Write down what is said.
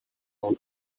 own